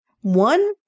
one